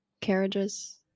carriages